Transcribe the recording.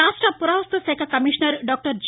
రాష్ట పురావస్తు శాఖ కమీషనర్ డాక్టర్ జి